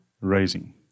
raising